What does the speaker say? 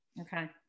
okay